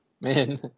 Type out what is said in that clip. man